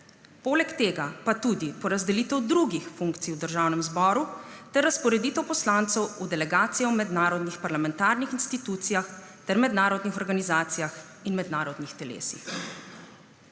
poleg tega pa tudi porazdelitev drugih funkcij v Državnem zboru ter razporeditev poslancev v delegacijo v mednarodnih parlamentarnih institucijah ter mednarodnih organizacijah in mednarodnih telesih.«